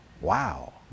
Wow